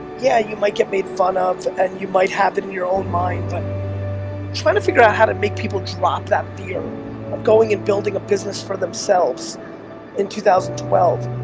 yeah you might get made fun of and you might have it in your own mind. but trying to figure out how to make people drop that fear of going and building a business for themselves in two thousand and,